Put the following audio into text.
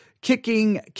kicking